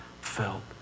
felt